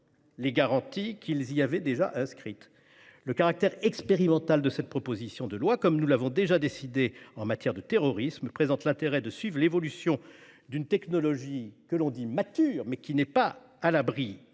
les garanties qu'ils y avaient déjà inscrites. Le caractère expérimental de la proposition de loi, comme nous l'avions déjà décidé en matière de terrorisme, présente l'intérêt de suivre l'évolution d'une technologie que l'on dit mature, mais qui n'est pas à l'abri